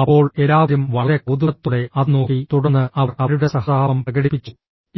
അപ്പോൾ എല്ലാവരും വളരെ കൌതുകത്തോടെ അത് നോക്കി തുടർന്ന് അവർ അവരുടെ സഹതാപം പ്രകടിപ്പിച്ചു